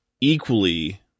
equally